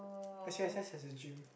S_U_S_S has a gym